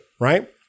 right